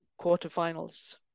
quarterfinals